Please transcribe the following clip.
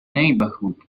neighbourhood